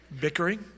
bickering